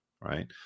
right